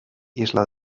isla